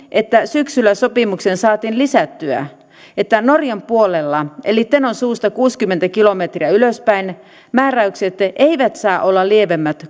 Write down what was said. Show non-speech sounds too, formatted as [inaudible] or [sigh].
että syksyllä sopimukseen saatiin lisättyä että norjan puolella eli tenon suusta kuusikymmentä kilometriä ylöspäin määräykset eivät saa olla lievemmät [unintelligible]